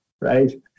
right